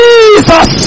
Jesus